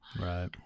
Right